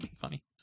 funny